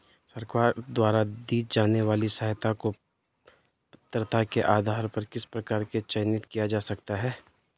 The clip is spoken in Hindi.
सरकार द्वारा दी जाने वाली सहायता को पात्रता के आधार पर किस प्रकार से चयनित किया जा सकता है?